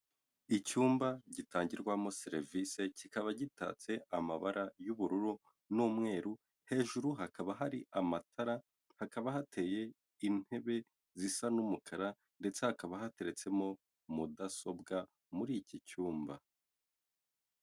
Icyumba gitangirwamo serivisi kikaba gitatse amabara y'ubururu n'umweru, hejuru hakaba hari amatara, hakaba hateye intebe zisa n'umukara, ndetse hakaba hateretsemo mudasobwa muri iki cyumba.